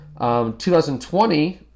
2020